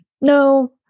no